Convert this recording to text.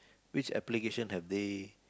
which application have they